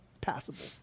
Passable